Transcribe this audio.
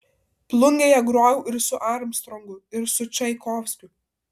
plungėje grojau ir su armstrongu ir su čaikovskiu